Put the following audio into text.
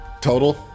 Total